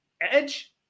Edge